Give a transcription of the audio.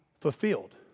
fulfilled